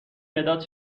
مداد